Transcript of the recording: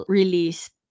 released